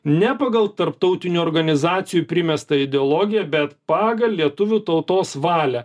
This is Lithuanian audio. ne pagal tarptautinių organizacijų primestą ideologiją bet pagal lietuvių tautos valią